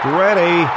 ready